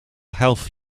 health